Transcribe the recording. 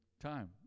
time